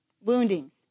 Woundings